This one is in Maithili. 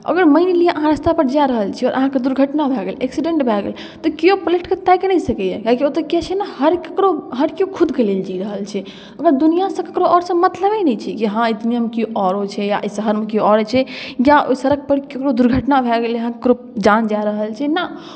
अगर मैन लिअ अहाँ रास्तापर जा रहल छी आओर अहाँके दुर्घटना भए गेल एक्सीडेंट भय गेल तऽ केओ पलटि कऽ ताकि नहि सकैए किएकि ओतय की छै ने हर ककरो हर केओ खुदके लेल जी रहल छै ओकरा बाद दुनिआँसँ ककरो आओरसँ मतलबे नहि छै जे हँ ई दुनिआँमे केओ आओरो छै आओर एहि शहरमे केओ आओर छै या ओहि सड़कपर ककरो दुर्घटना भए गेलै हेँ ककरो जान जा रहल छै ना